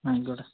ആയിക്കോട്ടെ